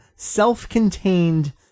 self-contained